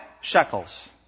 shekels